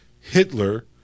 Hitler